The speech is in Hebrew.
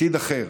עתיד אחר,